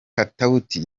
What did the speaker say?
katauti